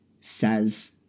says